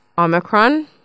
Omicron